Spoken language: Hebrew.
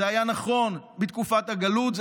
זה היה נכון בתקופת הגלות,